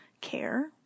care